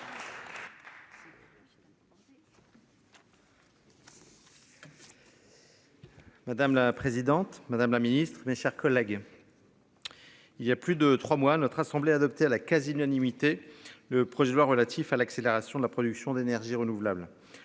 Madame la présidente Madame la Ministre, mes chers collègues. Il y a plus de trois mois, notre assemblée a adopté à la quasi-unanimité le projet de loi relatif à l'accélération de la production d'énergies renouvelables.